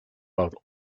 about